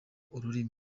ururimi